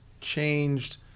changed